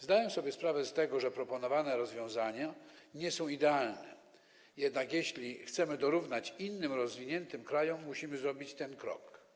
Zdaję sobie sprawę z tego, że proponowane rozwiązania nie są idealne, jednak jeśli chcemy dorównać innym, rozwiniętym krajom, musimy zrobić ten krok.